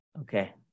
Okay